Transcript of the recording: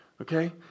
okay